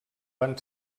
van